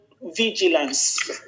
vigilance